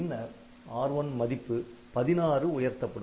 பின்னர் R1 மதிப்பு 16 உயர்த்தப்படும்